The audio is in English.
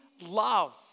love